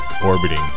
Orbiting